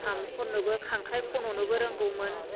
साम' खननोबो खांख्राइ खन'नोबो रोंगौमोन